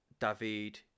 David